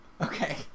okay